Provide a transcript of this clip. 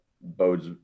bodes